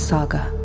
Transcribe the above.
Saga